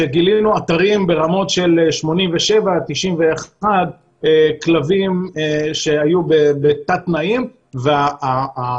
שגילינו אתרים ברמות של 87 עד 91 כלבים שהיו בתת תנאים והכוונה